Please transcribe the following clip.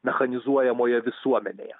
mechanizuojamoje visuomenėje